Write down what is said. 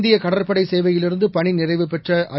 இந்தியக் கடற்படை சேவையிலிருந்து பணி நிறைவுபெற்ற ஐ